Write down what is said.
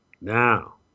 Now